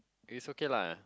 it's okay lah